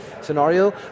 scenario